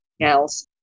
else